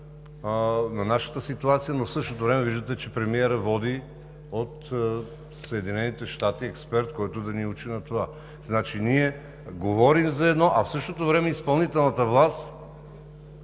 на нашата ситуация, но в същото време виждате, че премиерът води експерт от Съединените щати, който да ни учи на това. Значи, ние говорим за едно, а в същото време изпълнителната власт